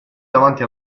davanti